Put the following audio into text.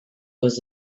was